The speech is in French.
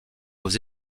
aux